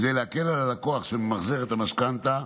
כדי להקל על לקוח שממחזר את המשכנתה,